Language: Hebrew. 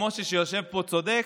גם משה שיושב פה צודק.